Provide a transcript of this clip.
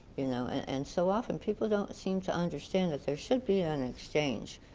you know, and so often people don't seem to understand that there should be an exchange,